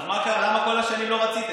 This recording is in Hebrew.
אז מה קרה, למה כל השנים לא רציתם?